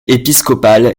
épiscopal